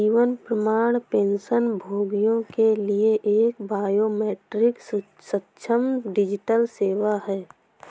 जीवन प्रमाण पेंशनभोगियों के लिए एक बायोमेट्रिक सक्षम डिजिटल सेवा है